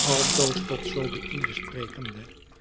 altoos tot zobeïde sprekende